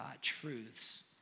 truths